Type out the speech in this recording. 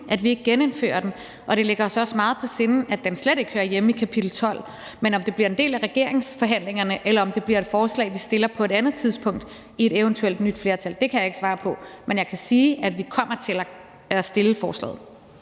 at vi ikke genindfører den, og det ligger os også meget på sinde, at den slet ikke hører hjemme i kapitel 12. Men om det bliver en del af regeringsforhandlingerne, eller om det bliver et forslag, vi fremsætter på et andet tidspunkt i et eventuelt nyt flertal, kan jeg ikke svare på. Men jeg kan sige, at vi kommer til at fremsætte forslaget.